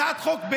הצעת החוק,